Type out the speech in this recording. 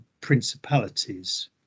principalities